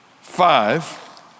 five